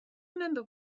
remember